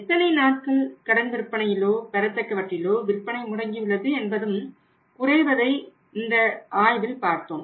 எத்தனை நாட்கள் கடன் விற்பனையிலோ பெறத்தக்கவற்றிலோ விற்பனை முடங்கியுள்ளது என்பதையும் அது குறைவதையும் இந்த ஆய்வில் பார்த்தோம்